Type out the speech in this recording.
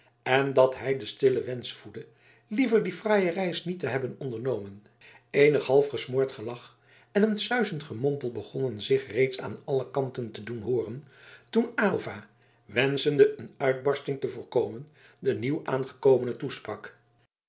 en dat hij den stillen wensch voedde liever die fraaie reis niet te hebben ondernomen eenig half gesmoord gelach en een suizend gemompel begonnen zich reeds aan alle kanten te doen hooren toen aylva wenschende een uitbarsting te voorkomen den nieuwaangekomene toesprak